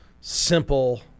simple